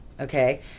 okay